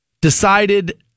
decided